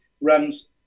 runs